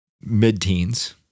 mid-teens